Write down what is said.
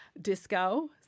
disco